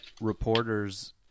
reporters